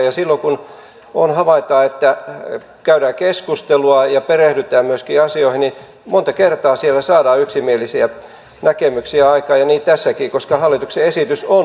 ja silloin kun käydään keskustelua ja perehdytään myöskin asioihin monta kertaa siellä saadaan yksimielisiä näkemyksiä aikaan ja niin tässäkin koska hallituksen esitys on hyvä